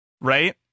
right